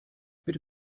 bitte